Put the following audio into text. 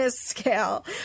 scale